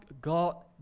God